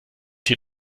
hier